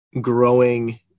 growing